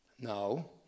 No